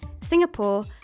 Singapore